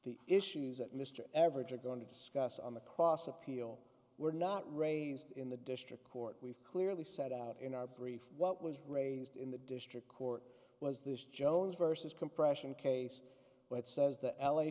the issues that mr average are going to discuss on the cross appeal were not raised in the district court we've clearly set out in our brief what was raised in the district court was this jones vs compression case where it says the l